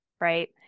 right